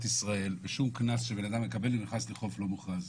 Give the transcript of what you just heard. ישראל ושום קנס שאדם מקבל אם הוא נכנס לחוף לא מוכרז.